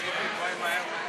חברי הכנסת,